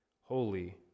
Holy